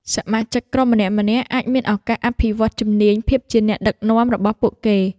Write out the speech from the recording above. សមាជិកក្រុមម្នាក់ៗអាចមានឱកាស អភិវឌ្ឍជំនាញភាពជាអ្នកដឹកនាំ របស់ពួកគេ។